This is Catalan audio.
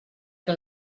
que